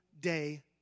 day